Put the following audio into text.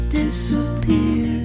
disappear